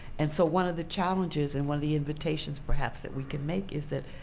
and so one of the challenges, and one of the invitations perhaps, that we can make is that,